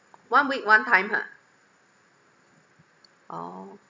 one week one time ha orh